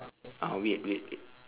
ah weird weird